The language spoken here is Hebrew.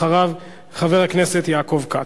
אחריו, חבר הכנסת יעקב כץ.